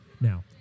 Now